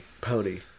pony